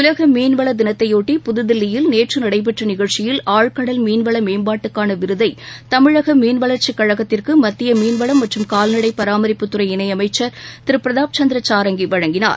உலக மீன்வள தினத்தையொட்டி புதில்லியில் நேற்று நடைபெற்ற நிகழ்ச்சியில் ஆழ்கடல் மீன்வள மேம்பாட்டுக்கான விருதை தமிழக மீன்வளர்ச்சிக் கழகத்திற்கு மத்திய மீன்வளம் மற்றும் கால்நடை பராமரிப்புத்துறை இணையமைச்சர் திரு பிரதாப் சந்திர சாரங்கி வழங்கினார்